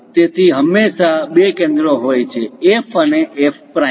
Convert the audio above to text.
તેથી તેમાં હંમેશાં બે કેન્દ્રો હોય છે F અને F પ્રાઈમ